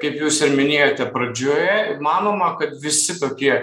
kaip jūs ir minėjote pradžioje manoma kad visi tokie